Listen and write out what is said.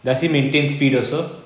does he maintain speed also